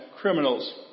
criminals